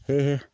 সেয়েহে